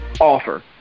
offer